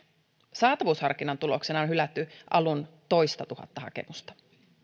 saatavuusharkinnan tuloksena on hylätty alun toistatuhatta hakemusta